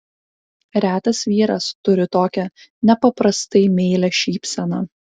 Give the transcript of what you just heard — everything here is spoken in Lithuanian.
retas vyras turi tokią nepaprastai meilią šypseną